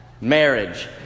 marriage